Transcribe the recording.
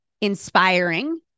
inspiring